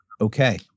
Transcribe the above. okay